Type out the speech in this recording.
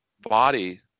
body